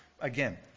again